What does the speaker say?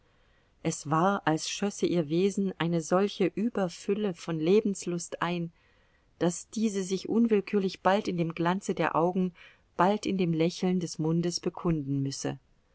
es war als schlösse ihr wesen eine solche überfülle von lebenslust ein daß diese sich unwillkürlich bald in dem glanze der augen bald in dem lächeln des mundes bekunden müsse